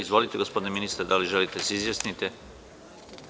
Izvolite gospodine ministre, da li želite da se izjasnite?